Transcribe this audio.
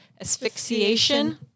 asphyxiation